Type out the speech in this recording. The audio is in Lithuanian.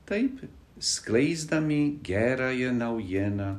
taip skleisdami gerąją naujieną